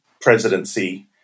presidency